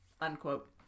Unquote